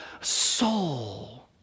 soul